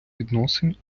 відносин